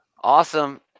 awesome